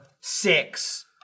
six